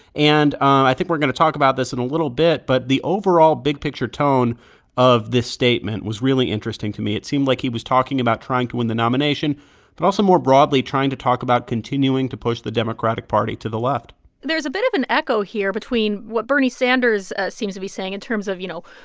and i think we're going to talk about this in a little bit, but the overall, big-picture tone of this statement was really interesting to me. it seemed like he was talking about trying to win the nomination but also more broadly trying to talk about continuing to push the democratic party to the left there's a bit of an echo here between what bernie sanders seems to be saying, in terms of, you know,